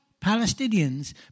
Palestinians